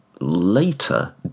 later